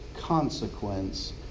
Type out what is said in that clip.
consequence